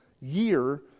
year